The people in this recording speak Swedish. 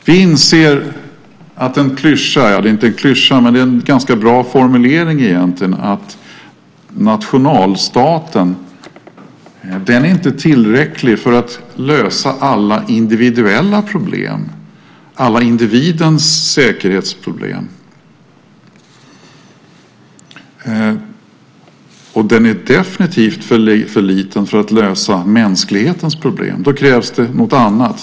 Vi inser att det är en klyscha - det är inte en klyscha, men det är egentligen en ganska bra formulering - att nationalstaten är tillräcklig för att lösa alla individuella problem, alla individers säkerhetsproblem. Och den är definitivt för liten för att lösa mänsklighetens problem. För det krävs det något annat.